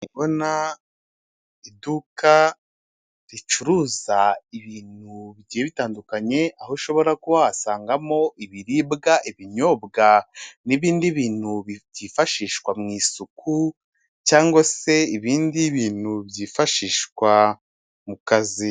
Ndi kubona iduka ricuruza ibintu bigiye bitandukanye, aho ushobora kuba wahasangamo ibiribwa ibinyobwa n'ibindi bintu bitifashishwa mu isuku, cyangwa se ibindi bintu byifashishwa mu kazi.